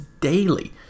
daily